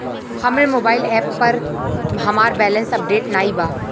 हमरे mobile app पर हमार बैलैंस अपडेट नाई बा